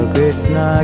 Krishna